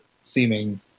seeming